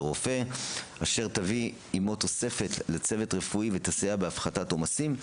רופא אשר תביא עמו תוספת לצוות רפואי ותסייע בהפחתת עומסים,